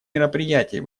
мероприятий